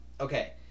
Okay